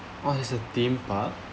oh it's a theme park